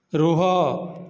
ରୁହ